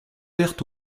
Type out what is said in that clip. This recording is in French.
pertes